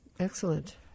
Excellent